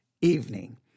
evening